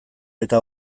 eta